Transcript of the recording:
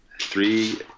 three